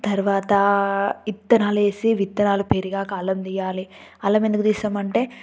తర్వాత విత్తనాలు వేసి విత్తనాలు పెరిగాక అలం తీయాలి అలం ఎందుకు తీస్తామంటే